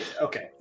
Okay